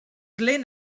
lent